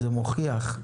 זה מוכיח,